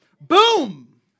Boom